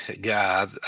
God